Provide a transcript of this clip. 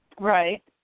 Right